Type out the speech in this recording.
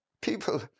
people